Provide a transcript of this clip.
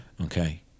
okay